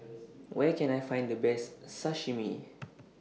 Where Can I Find The Best Sashimi